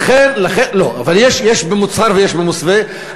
לא, אבל יש במוצהר ויש במוסווה.